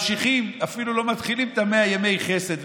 שאפילו לא מתחילים את 100 ימי החסד,